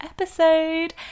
episode